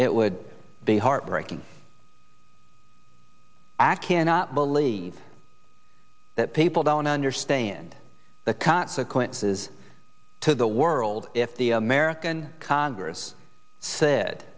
it would be heartbreaking i cannot believe that people don't understand the consequences to the world if the american congress said